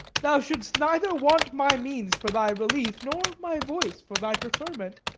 thou shouldst neither want my means for thy relief nor my voice for thy preferment.